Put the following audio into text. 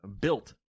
built